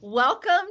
Welcome